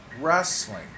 wrestling